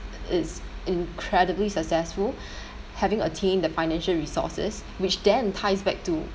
is incredibly successful having attained the financial resources which then ties back to